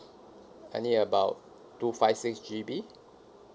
I need about two five six G_B